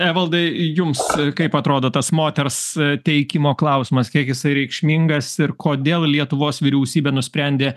evaldai jums kaip atrodo tas moters teikimo klausimas kiek jisai reikšmingas ir kodėl lietuvos vyriausybė nusprendė